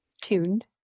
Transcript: tuned